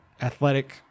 athletic